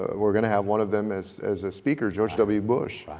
ah we're going to have one of them as as a speaker, george w. bush,